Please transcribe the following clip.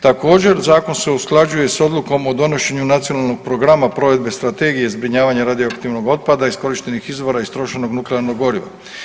Također zakon se usklađuje s odlukom o donošenju Nacionalnog programa provedbe strategije zbrinjavanja radioaktivnog otpada, iskorištenih izvora i istrošenog nuklearnog goriva.